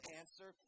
answer